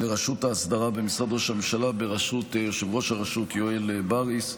לרשות האסדרה במשרד ראש הממשלה בראשות יושב-ראש הרשות יואל בריס,